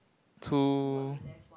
two